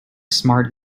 smart